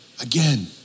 again